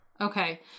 Okay